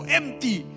empty